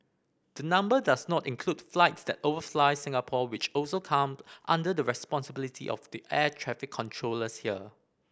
the number does not include flights that overfly Singapore which also come under the responsibility of the air traffic controllers here